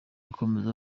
akomeza